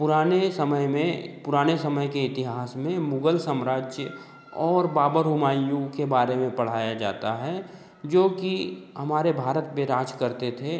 पुराने समय में पुराने समय के इतिहास में मुगल साम्राज्य और बाबर हुमायूँ के बारे में पढ़ाया जाता है जो कि हमारे भारत में राज करते थे